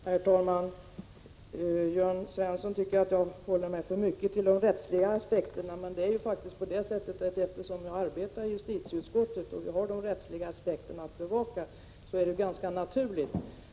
Herr talman! Jörn Svensson tycker att jag håller mig för mycket till de rättsliga aspekterna. Men eftersom jag arbetar i justitieutskottet, som ju har att bevaka de rättsliga aspekterna, är det ganska naturligt att jag uppehåller mig vid dem.